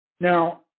Now